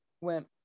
went